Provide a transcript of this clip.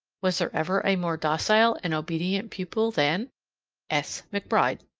was there ever a more docile and obedient pupil than s. mcbride?